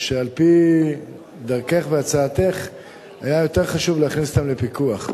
שעל-פי דרכך והצעתך היה יותר חשוב להכניס אותם לפיקוח,